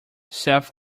self